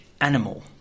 animal